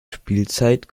spielzeit